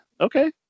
Okay